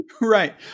right